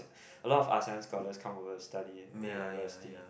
a lot of Asean scholars come over to study university